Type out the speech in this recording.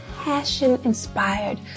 passion-inspired